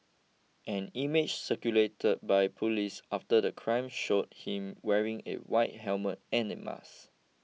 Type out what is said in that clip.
an image circulated by police after the crime showed him wearing a white helmet and a mask